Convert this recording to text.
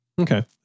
Okay